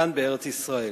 כאן בארץ-ישראל.